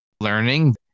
learning